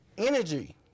energy